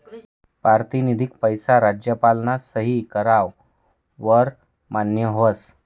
पारतिनिधिक पैसा राज्यपालना सही कराव वर मान्य व्हस